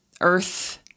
earth